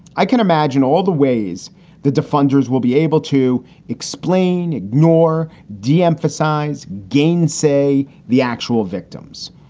i can imagine all the ways the defenders will be able to explain, ignore, deemphasize, gain, say, the actual victims.